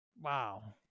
wow